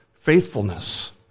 faithfulness